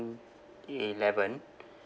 eleven